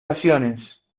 vacaciones